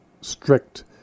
strict